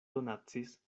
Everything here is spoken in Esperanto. donacis